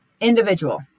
individual